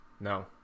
No